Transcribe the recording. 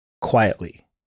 quietly